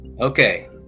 Okay